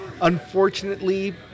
unfortunately